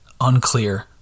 unclear